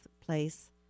place